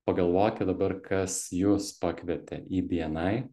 pagalvokit dabar kas jus pakvietė į bni